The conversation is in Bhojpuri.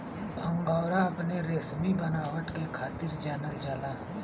अंगोरा अपने रेसमी बनावट के खातिर जानल जाला